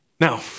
Now